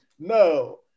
no